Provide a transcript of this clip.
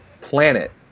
planet